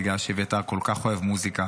בגלל שאביתר כל כך אוהב מוזיקה.